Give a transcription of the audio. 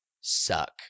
suck